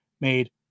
made